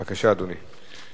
בבקשה, אדוני.